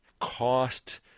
cost